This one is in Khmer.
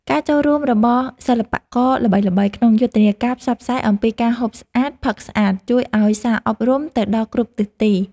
ការចូលរួមរបស់សិល្បករល្បីៗក្នុងយុទ្ធនាការផ្សព្វផ្សាយអំពីការហូបស្អាតផឹកស្អាតជួយឱ្យសារអប់រំទៅដល់គ្រប់ទិសទី។